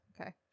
okay